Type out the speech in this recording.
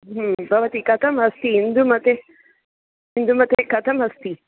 भवति कथम् अस्ति इन्दुमती इन्दुमती कथम् अस्ति